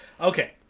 okay